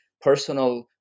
personal